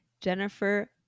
Jennifer